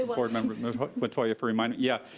ah board member metoyer for reminding. yeah,